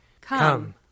Come